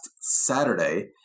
Saturday